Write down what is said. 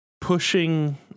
pushing